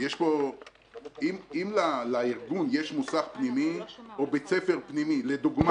אם לארגון יש מוסך פנימי או בית ספר פנימי למשל,